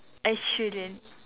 I shouldn't